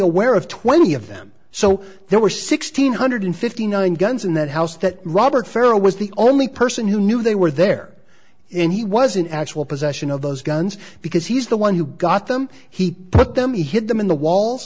aware of twenty of them so there were sixteen hundred fifty nine guns in that house that robert farah was the only person who knew they were there and he was in actual possession of those guns because he's the one who got them he put them hid them in the walls